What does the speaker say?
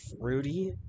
Fruity